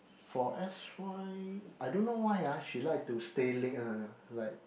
for s_y I don't know why ah she like to stay late one like